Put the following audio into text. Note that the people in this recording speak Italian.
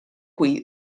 qui